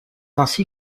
ainsi